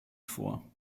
vor